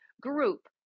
group